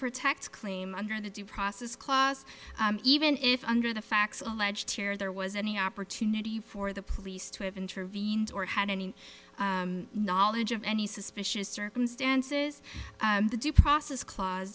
protect claim under the due process clause even if under the facts alleged here there was any opportunity for the police to have intervened or had any knowledge of any suspicious circumstances the due process cla